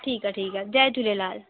ठीकु आहे ठीकु आहे जय झूलेलाल